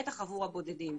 בטח עבור הבודדים.